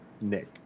Nick